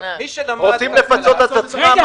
לא ייאמן.